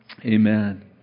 Amen